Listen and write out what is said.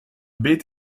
beet